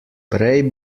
prej